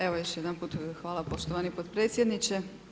Evo još jedanput hvala poštovani potpredsjedniče.